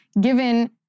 given